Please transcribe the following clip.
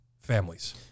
families